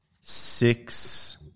Six